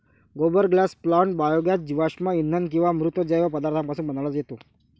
गोबर gas plant biogas जीवाश्म इंधन किंवा मृत जैव पदार्थांपासून बनवता येतो